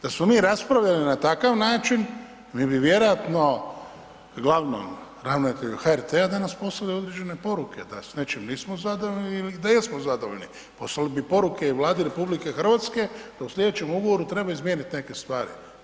Da smo mi raspravljali na takav način mi bi vjerojatno glavnom ravnatelju HRT-a danas poslali određene poruke, da s nečim nismo zadovoljni ili da jesmo zadovoljni, poslali bi poruke i Vladi RH da u slijedećem ugovoru treba izmijeniti neke stvari.